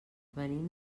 venim